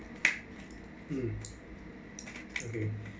mm okay